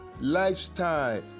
lifestyle